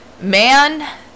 man